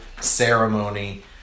ceremony